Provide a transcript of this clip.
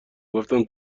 گفتم